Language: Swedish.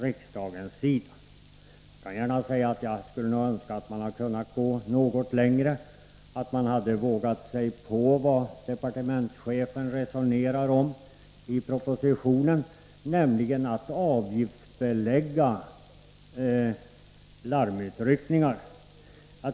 Jag kan gärna säga att jag skulle önska att man hade kunnat gå något längre, att man hade vågat sig på det departementschefen resonerar om i propositionen, nämligen att avgiftsbelägga larmutryckningar.